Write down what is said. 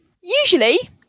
usually